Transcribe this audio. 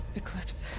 eclipse!